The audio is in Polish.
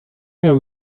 miał